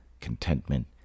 contentment